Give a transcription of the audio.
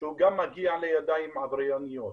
שהוא גם מגיע לידיים עברייניות,